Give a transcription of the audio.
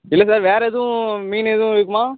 இல்லை சார் வேறு எதுவும் மீன் எதுவும் இருக்குமா